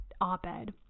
op-ed